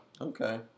Okay